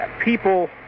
people